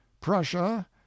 prussia